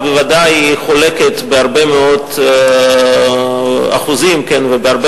ובוודאי חולקת בהרבה מאוד אחוזים ובהרבה